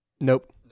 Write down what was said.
Nope